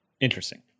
Interesting